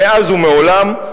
מאז ומעולם,